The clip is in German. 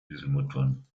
dieselmotoren